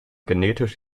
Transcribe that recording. genetisch